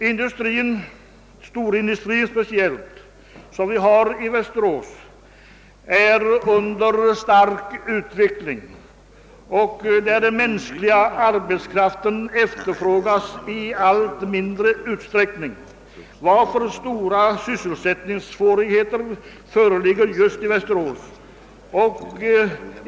Industrin — framför allt de stora företagen — i Västerås är under stark utveckling genom rationalisering, och den mänskliga arbetskraften efterfrågas i allt mindre utsträckning, varför stora sysselsättningsproblem finns just i Västerås.